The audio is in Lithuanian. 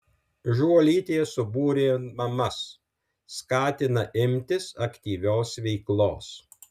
žuolytė subūrė mamas skatina imtis aktyvios veiklos